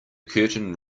curtain